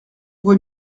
voit